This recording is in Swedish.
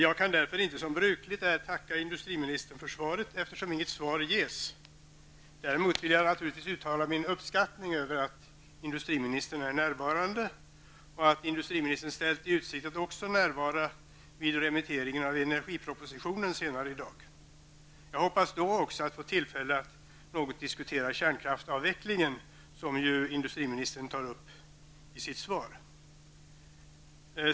Jag kan därför inte som brukligt är tacka industriministern för svaret, eftersom inget svar ges. Däremot vill jag givetvis uttala min uppskattning över industriministerns närvaro och att industriministern ställt i utsikt att också närvara vid remitteringen av energipropositionen senare i dag. Då hoppas jag också få tillfälle att något diskutera kärnkraftsavvecklingen som industriministern tar upp i sitt svar.